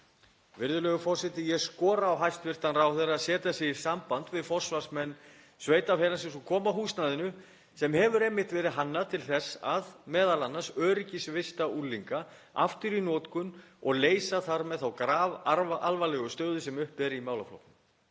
Virðulegur forseti. Ég skora á hæstv. ráðherra að setja sig í samband við forsvarsmenn sveitarfélagsins og koma húsnæðinu, sem hefur einmitt verið hannað til þess m.a. að öryggisvista unglinga, aftur í notkun og leysa þar með þá grafalvarlegu stöðu sem uppi er í málaflokknum.